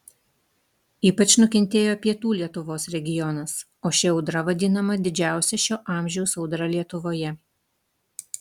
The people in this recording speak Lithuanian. ypač nukentėjo pietų lietuvos regionas o ši audra vadinama didžiausia šio amžiaus audra lietuvoje